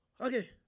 Okay